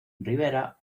rivera